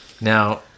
Now